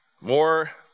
more